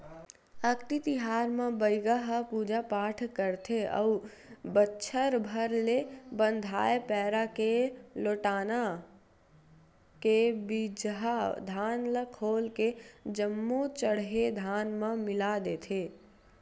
अक्ती तिहार म बइगा ह पूजा पाठ करथे अउ बछर भर ले बंधाए पैरा के लोटना के बिजहा धान ल खोल के जम्मो चड़हे धान म मिला देथे